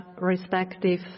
respective